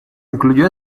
incluyó